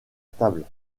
table